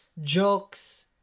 jokes